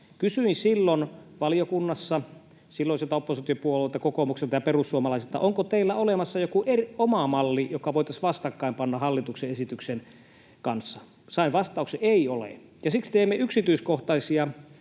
Kysyin silloin valiokunnassa silloisilta oppositiopuolueilta kokoomukselta ja perussuomalaisilta, onko teillä olemassa joku oma malli, joka voitaisiin vastakkain panna hallituksen esityksen kanssa. Sain vastauksen: ei ole. Ja siksi teimme viimeisenä